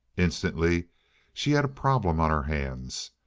instantly she had a problem on her hands.